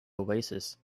oasis